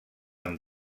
amb